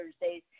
Thursdays